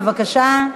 בבקשה.